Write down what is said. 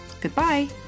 Goodbye